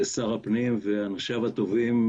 לשר הפנים ואנשיו הטובים,